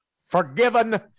forgiven